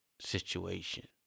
situation